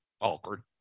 awkward